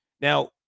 Now